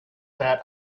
that